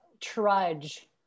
trudge